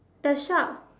the shop